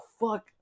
fuck